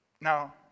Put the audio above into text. Now